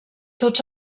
tots